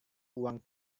uang